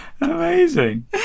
Amazing